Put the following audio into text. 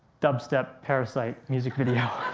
dubstep parasite music video.